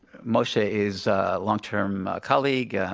moshe is a long-term colleague,